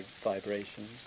vibrations